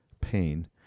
pain